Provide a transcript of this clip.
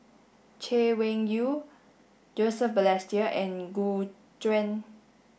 Chay Weng Yew Joseph Balestier and Gu Juan